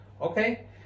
Okay